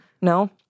No